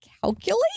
calculate